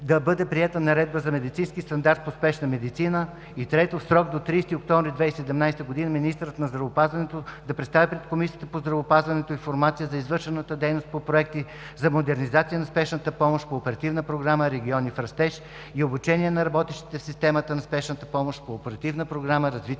да бъде приета Наредба за медицински стандарт по спешна медицина. И трето, в срок до 30 октомври 2017 г. министърът на здравеопазването да представи пред Комисията по здравеопазването информация за извършената дейност по проекти за модернизация на спешната помощ по Оперативна програма „Региони в растеж“ и обучение на работещите в системата на спешната помощ по Оперативна програма „Развитие